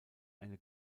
eine